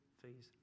fees